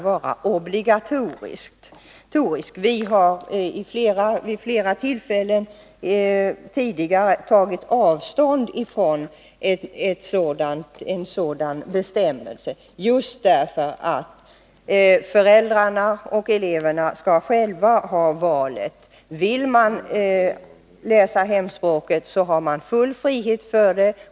Vi har vid flera tillfällen tagit avstånd från en sådan bestämmelse, just därför att föräldrar och elever själva skall kunna välja. Vill eleverna lära sig sitt hemspråk, har de full frihet att göra det.